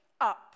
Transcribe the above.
up